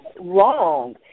wrong